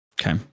Okay